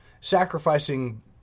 sacrificing